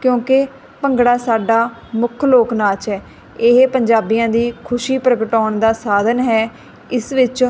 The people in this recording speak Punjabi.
ਕਿਉਂਕਿ ਭੰਗੜਾ ਸਾਡਾ ਮੁੱਖ ਲੋਕ ਨਾਚ ਹੈ ਇਹ ਪੰਜਾਬੀਆਂ ਦੀ ਖੁਸ਼ੀ ਪ੍ਰਗਟਾਉਣ ਦਾ ਸਾਧਨ ਹੈ ਇਸ ਵਿੱਚ